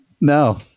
No